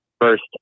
first